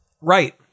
Right